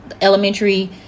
elementary